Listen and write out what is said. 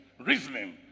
reasoning